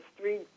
three